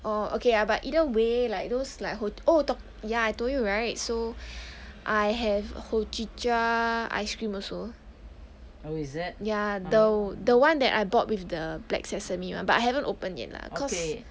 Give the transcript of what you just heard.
oh okay but either way like those like ho~ oh ya talk I told you right so I have hojicha ice cream also ya the the one that I bought with the black sesame [one] but I haven't open yet lah cause